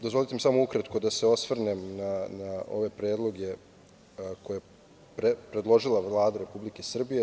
Dozvolite mi samo ukratko da se osvrnem na ove predloge koje je predložila Vlada Republike Srbije.